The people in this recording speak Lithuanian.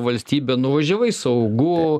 valstybė nuvažiavai saugu